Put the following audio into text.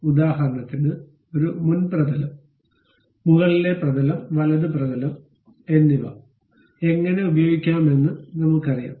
ഉദാഹരണത്തിന് ഒരു മുൻ പ്രതലം മുകളിലെ പ്രതലം വലത് പ്രതലം എന്നിവ എങ്ങനെ ഉപയോഗിക്കാമെന്ന് നമ്മൾക്കറിയാം